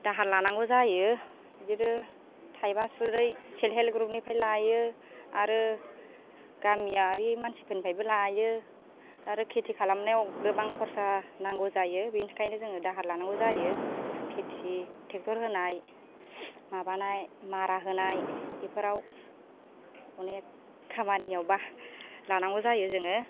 दाहार लानांगौ जायो बिदिनो थाइबा सुरै सेल्फ हेल्प ग्रुबनिफ्राय लायो आरो गामियारि मानसिफोरनिफ्रायबो लायो आरो खेथि खालामनायाव गोबां खरसा नांगौ जायो बेनि थाखायनो जोङो दाहार लानांगौ जायो खेथि थेक्ट'र होनाय माबानाय मारा होनाय बेफोराव अनेख खामानियावबा लांनांगौ जायो जोङो